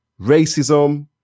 racism